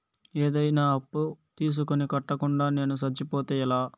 ఏదైనా అప్పు తీసుకొని కట్టకుండా నేను సచ్చిపోతే ఎలా